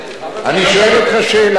אני שואל אותך שאלה: